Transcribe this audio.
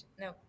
no